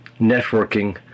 networking